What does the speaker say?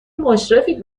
مشرفید